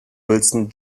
wilson